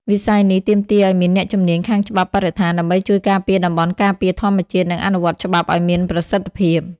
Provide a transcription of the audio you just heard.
វិស័យនេះទាមទារឱ្យមានអ្នកជំនាញខាងច្បាប់បរិស្ថាន ដើម្បីជួយការពារតំបន់ការពារធម្មជាតិ និងអនុវត្តច្បាប់ឱ្យមានប្រសិទ្ធភាព។